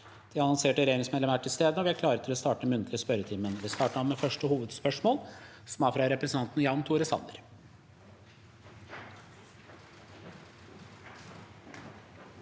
De annonserte regjeringsmedlemmene er til stede, og vi er klare til å starte den muntlige spørretimen. Vi starter da med første hovedspørsmål, fra representanten Jan Tore Sanner.